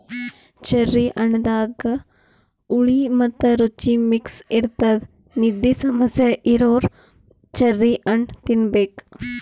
cherry ಹಣ್ಣದಾಗ್ ಹುಳಿ ಮತ್ತ್ ರುಚಿ ಮಿಕ್ಸ್ ಇರ್ತದ್ ನಿದ್ದಿ ಸಮಸ್ಯೆ ಇರೋರ್ ಚೆರ್ರಿ ಹಣ್ಣ್ ತಿನ್ನಬೇಕ್